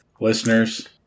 Listeners